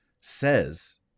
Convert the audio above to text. says